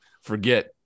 forget –